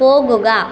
പോകുക